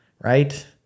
right